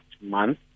month